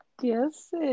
Yes